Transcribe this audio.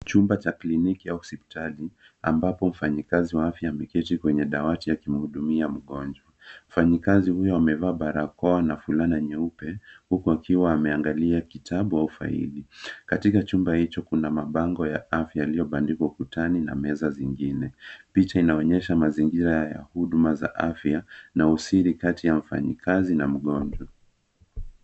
Chumba cha kliniki au hospitali ambapo mfanyikazi wa afya ameketi kwenye dawati akimhudumia mgonjwa. Mfanyikazi huyo amevaa barakoa na fulana nyeupe, huku akiwa ameangalia kitabu au faili. Katika chumba hicho kuna mabango ya afya yaliyobandikwa ukutani na meza zingine. Picha inaonyesha mazingira ya huduma za afya na usiri kati ya mfanyikazi na mgonjwa.